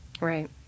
Right